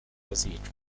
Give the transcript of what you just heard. bazicwa